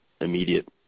immediate